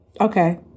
Okay